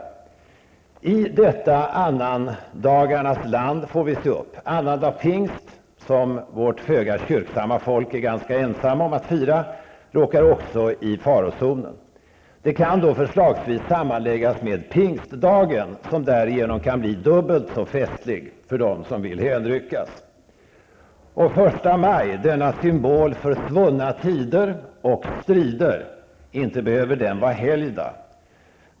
I detta annandagarnas land får vi se upp. Annandag pingst, som vårt föga kyrksamma folk är ganska ensamma om att fira, råkar också i farozonen. Denna dag kan ju sammanläggas med pingstdagen som därigenom kan bli dubbelt så festlig för dem som vill hänryckas. Första maj, denna symbol för svunna tider och strider, behöver väl inte vara helgdag?!